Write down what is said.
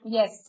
Yes